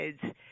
kids